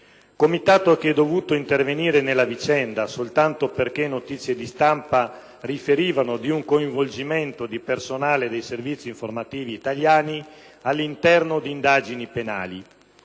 Comitato che è dovuto intervenire nella vicenda soltanto perché notizie di stampa riferivano di un coinvolgimento di personale dei servizi informativi italiani all'interno di indagini penali;